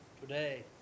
today